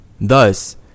thus